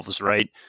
right